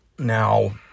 Now